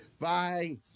Bye